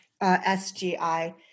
SGI